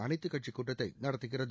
அனைத்து கட்சி கூட்டத்தை நடத்துகிறது